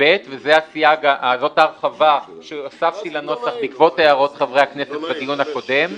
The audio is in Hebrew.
וזאת ההרחבה שהוספתי לנוסח בעקבות הערות חברי הכנסת בדיון הקודם: